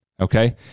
okay